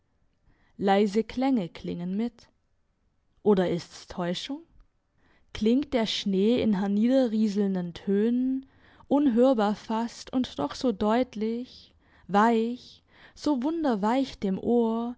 leise klänge klingen mit oder ist's täuschung klingt der schnee in herniederrieselnden tönen unhörbar fast und doch so deutlich weich so wunderweich dem ohr